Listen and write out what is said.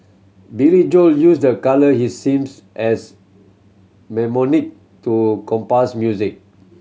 Billy Joel use the colour he seems as mnemonic to compose music